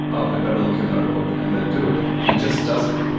i'd better look in the notebook', and then do it, he just does it.